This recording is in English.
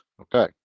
Okay